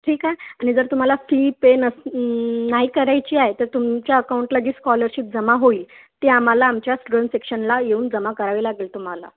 ठीक आहे आणि जर तुम्हाला फी पे नस नाही करायची आहे तर तुमच्या अकाउंटला जी स्कॉलरशिप जमा होईल ती आम्हाला आमच्या स्टुडंट सेक्शनला येऊन जमा करावी लागेल तुम्हाला